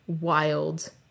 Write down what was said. wild